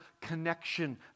connection